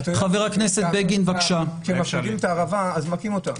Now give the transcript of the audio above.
אתה יודע, כשמפרידים את הערבה אז מכים אותה.